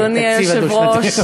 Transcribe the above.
התקציב הדו-שנתי.